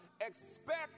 expect